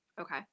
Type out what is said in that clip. Okay